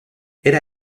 era